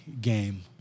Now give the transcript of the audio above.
game